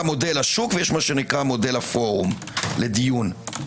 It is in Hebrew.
מודל השוק ומודל הפורום לדיון.